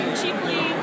cheaply